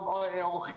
אולי אני אעשה